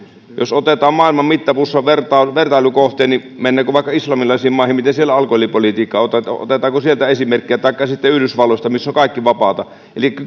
jos otetaan maailman mittapuussa vertailukohtia niin jos mennään vaikka islamilaisiin maihin miten siellä toimii alkoholipolitiikka otetaanko sieltä esimerkkiä taikka sitten yhdysvalloista missä on kaikki vapaata elikkä